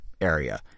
area